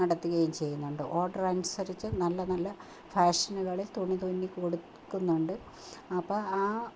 നടത്തുകയും ചെയ്യുന്നുണ്ട് ഓഡർ അനുസരിച്ച് നല്ല നല്ല ഫാഷനുകളിൽ തുണികൾ തുന്നിക്കൊടുക്കുന്നുണ്ട് അപ്പം ആ